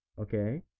Okay